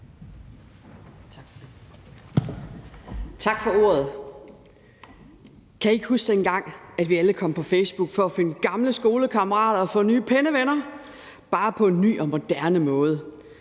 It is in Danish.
Tak for ordet. Kan I ikke huske, dengang vi alle kom på Facebook for at finde gamle skolekammerater og få nye pennevenner, bare på en ny og moderne måde?